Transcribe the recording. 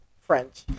French